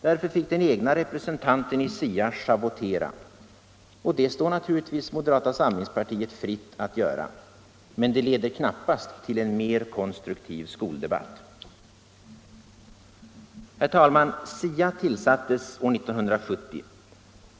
Därför fick den egna representanten i SIA schavottera. Och det står naturligtvis moderata samlingspartiet fritt att göra så. Men det leder knappast till en mer konstruktiv skoldebatt. Herr talman! SIA tillsattes år 1970.